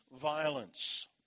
violence